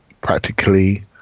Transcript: practically